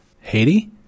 Haiti